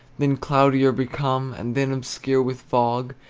then cloudier become and then, obscure with fog,